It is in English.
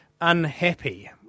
unhappy